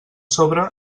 sobre